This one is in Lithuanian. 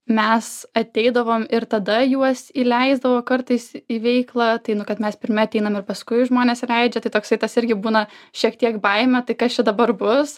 mes ateidavom ir tada juos įleisdavo kartais į veiklą tai kad mes pirmi ateinam ir paskui žmones įleidžia tai toksai tas irgi būna šiek tiek baimė tai kas čia dabar bus